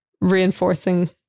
reinforcing